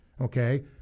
okay